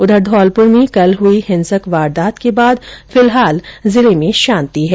उधर धौलपुर में कल हुई हिंसक वारदात के बाद फिलहाल जिले में शांति है